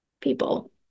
people